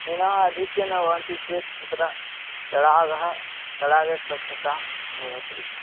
मीनाः आधिक्येन भवन्ति चेत् तत्र तडागः तडागस्वच्छता भवति